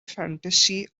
fantasy